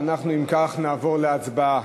ואנחנו, אם כך, נעבור להצבעה.